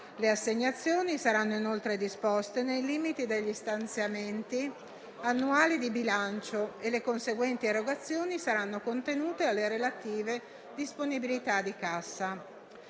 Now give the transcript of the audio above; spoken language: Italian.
Le assegnazioni saranno inoltre disposte nei limiti degli stanziamenti annuali di bilancio e le conseguenti erogazioni saranno contenute alle relative disponibilità di cassa.